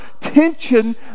tension